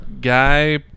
Guy